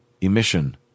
Emission